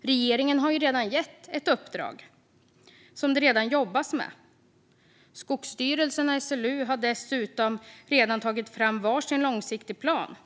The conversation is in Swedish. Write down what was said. Regeringen har ju redan gett ett uppdrag, som det redan jobbas med. Skogsstyrelsen och SLU har dessutom redan tagit fram var sin långsiktig plan.